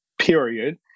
period